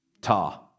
ta